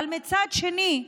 אבל מצד שני,